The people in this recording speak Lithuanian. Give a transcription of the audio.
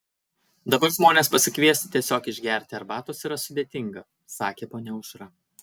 dabar žmones pasikviesti tiesiog išgerti arbatos yra sudėtinga sakė ponia aušra